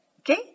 Okay